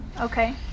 okay